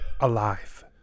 alive